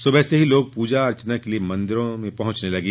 सुबह से ही लोग पूजा अर्चना के लिए मंदिर पहुंचने लगे